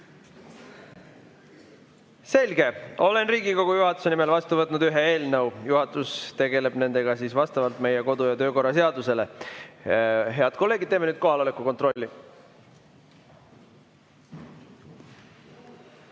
Selge. Olen Riigikogu juhatuse nimel vastu võtnud ühe eelnõu, juhatus tegeleb sellega vastavalt meie kodu‑ ja töökorra seadusele. Head kolleegid, teeme nüüd kohaloleku kontrolli.